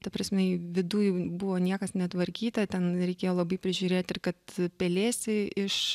ta prasme viduj buvo niekas netvarkyta ten reikėjo labai prižiūrėt ir kad pelėsiai iš